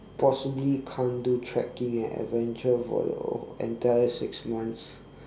possibly can't do trekking and adventure for the entire six months